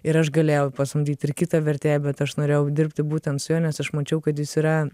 ir aš galėjau pasamdyt ir kitą vertėją bet aš norėjau dirbti būtent su juo nes aš mačiau kad jis yra